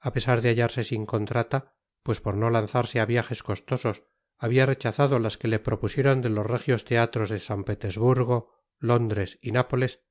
a pesar de hallarse sin contrata pues por no lanzarse a viajes costosos había rechazado las que le propusieron de los regios teatros de san petersburgo londres y nápoles